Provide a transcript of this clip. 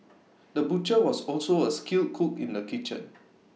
the butcher was also A skilled cook in the kitchen